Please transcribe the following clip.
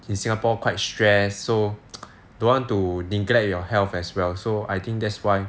in singapore quite stress so don't want to neglect your health as well so I think that's why